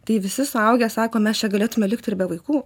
tai visi suaugę sako mes čia galėtume likt ir be vaikų